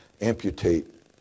amputate